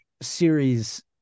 series